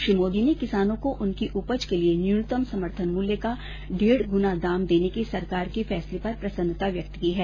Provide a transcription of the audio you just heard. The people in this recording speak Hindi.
श्री मोदी ने किसानों को उनकी उपज के लिए न्यूनतम समर्थन मूल्य का डेढ़ गुना दाम देनेके सरकार के फैसले पर प्रसन्नता व्यक्त की है